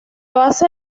base